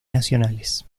nacionales